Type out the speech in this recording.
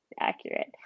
accurate